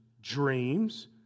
dreams